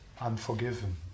unforgiven